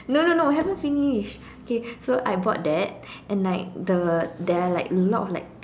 no no no haven't finish okay so I bought that and like the there are like a lot of like